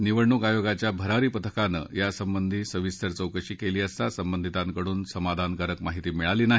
निवडणूक आयोगाच्या भरारी पथकानं या संबधी सविस्तर चौकशी केली असता संबंधिताकडून समाधानकारक माहिती मिळाली नाही